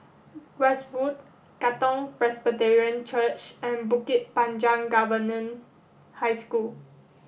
Westwood Katong Presbyterian Church and Bukit Panjang Government High School